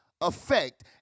effect